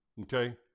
Okay